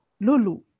lulu